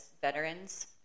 veterans